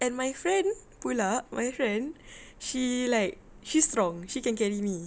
and my friend pula my friend she like she's strong she can carry me